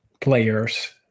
players